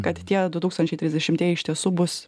kad tie du tūkstančiai trisdešimtieji iš tiesų bus